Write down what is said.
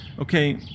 Okay